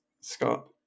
Scott